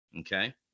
Okay